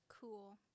Cool